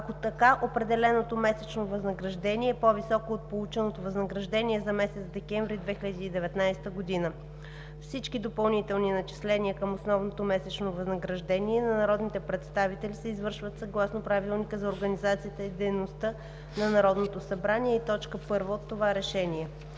ако така определеното месечно възнаграждение е по-високо от полученото възнаграждение за месец декември 2019 г. 2. Всички допълнителни начисления към основното месечно възнаграждение на народните представители се извършват съгласно Правилника за организацията и дейността на Народното събрание и т. 1 от това решение.